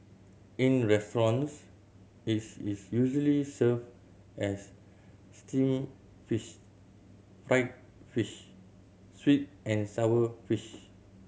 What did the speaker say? in restaurants its is usually served as steamed fish fried fish sweet and sour fish